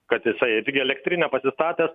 kad jisai irgi elektrinę pasistatęs